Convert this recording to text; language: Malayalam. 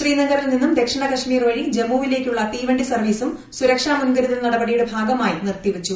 ശ്രീനഗറിൽ നിന്നും ദക്ഷിണകശ്മീർ വഴി ജമ്മുവിലേക്കുള്ള തീവണ്ടി സർവ്വീസും സുരക്ഷ മുൻ കരുതൽ നടപടിയുടെ ഭാഗമായി നിർത്തി വച്ചു